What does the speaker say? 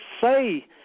say